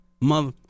Mother